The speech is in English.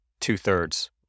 two-thirds